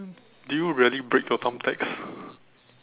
do you really break your thumbtacks